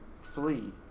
flee